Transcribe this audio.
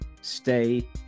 stay